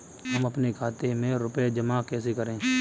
हम अपने खाते में रुपए जमा कैसे करें?